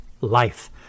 life